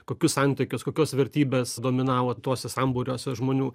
kokius santykius kokios vertybės dominavo tuose sambūriuose žmonių